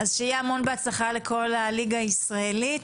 אז שיהיה המון בהצלחה לכל הליגה הישראלית